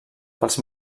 pels